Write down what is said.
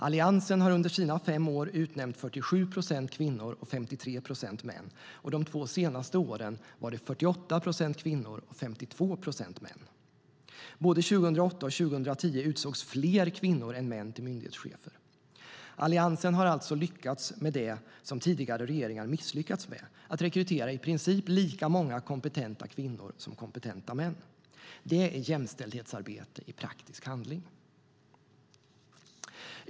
Alliansen har under sina fem år utnämnt 47 procent kvinnor och 53 procent män - de två senaste åren 48 procent kvinnor och 52 procent män. Både 2008 och 2010 utsågs fler kvinnor än män till myndighetschefer. Alliansen har alltså lyckats med det som tidigare regeringar misslyckats med: att rekrytera i princip lika många kompetenta kvinnor som kompetenta män. Detta är jämställdhetsarbete i praktisk handling.